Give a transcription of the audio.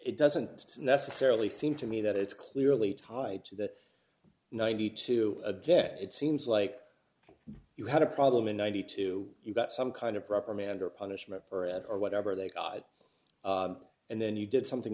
it doesn't necessarily seem to me that it's clearly tied to the ninety two again it seems like you had a problem in ninety two you got some kind of reprimand or punishment or at or whatever they got and then you did something